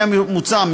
לפי המוצע,